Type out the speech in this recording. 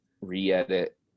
re-edit